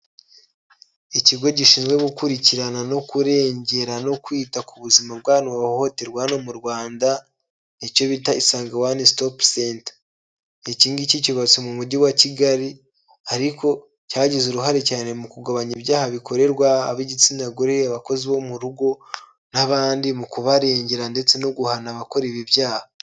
Ikigo gishinzwe gukurikirana no kurengera no kwita ku buzima bw'abantu bahohoterwa hano mu Rwanda, nicyo bita Isange One Stop Center, iki ngiki cyubatse mu mujyi wa Kigali ariko cyagize uruhare cyane mu kugabanya ibyaha bikorerwa ab'igitsina gore, abakozi bo mu rugo n'abandi mu kubarengera ndetse no guhana abakora ibi byaha.